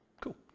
Cool